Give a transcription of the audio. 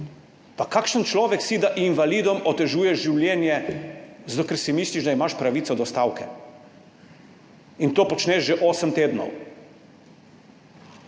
Pa kakšen človek si, da invalidom otežuješ življenje zato, ker si misliš, da imaš pravico do stavke? In to počneš že osem tednov.